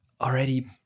already